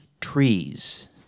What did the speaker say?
trees